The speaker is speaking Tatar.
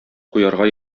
куярга